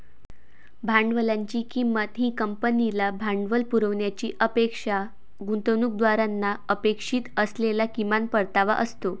भांडवलाची किंमत ही कंपनीला भांडवल पुरवण्याची अपेक्षा गुंतवणूकदारांना अपेक्षित असलेला किमान परतावा असतो